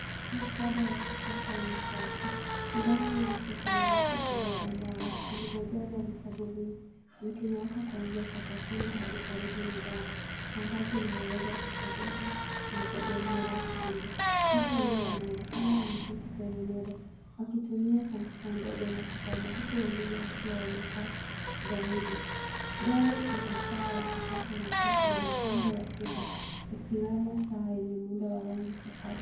Maktab ya kisasa na safi. Ndani yake kuna rafu kubwa za mbao zilizojazwa vitabu vingi. zikinyawaka kuanzia sakafuni hadi karibu na dari na ngazi inayoweza kusogezwa inategemea rafu hizo. Watu wawili wanaonekana wameketi kwenye meza wakitumia kompyuta ndogo na kusoma huku wengine wakiwa wamekaa zaidi. Dari ina taa ya kisasa na pia kuna mapambo ya ukuta ikiwemo saa yenye muundo wa rangi tofauti.